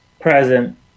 Present